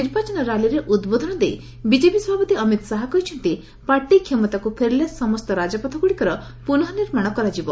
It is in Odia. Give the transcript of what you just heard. ନିର୍ବାଚନ ର୍ୟାଲିରେ ଉଦ୍ବୋଧନ ଦେଇ ବିକେପି ସଭାପତି ଅମିତ୍ ଶାହା କହିଛନ୍ତି ପାର୍ଟି କ୍ଷମତାକୁ ଫେରିଲେ ସମସ୍ତ ରାଜପଥଗୁଡ଼ିକର ପୁନର୍ନିର୍ମାଣ କରାଯିବ